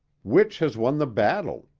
which has won the battle?